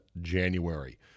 January